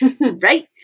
Right